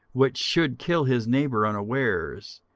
which should kill his neighbour unawares,